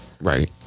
right